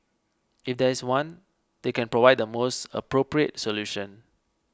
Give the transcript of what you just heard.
if there is one they can provide the most appropriate solution